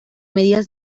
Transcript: medidas